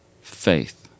Faith